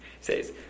says